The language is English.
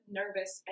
nervous